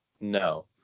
No